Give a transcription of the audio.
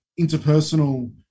interpersonal